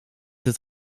het